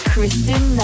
Kristen